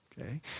okay